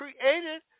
created